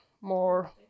more